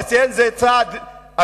אני רוצה לציין שזה צעד אמיץ,